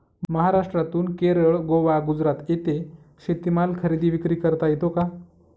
महाराष्ट्रातून केरळ, गोवा, गुजरात येथे शेतीमाल खरेदी विक्री करता येतो का?